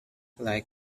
like